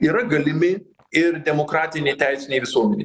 yra galimi ir demokratinėj teisinėj visuomenėj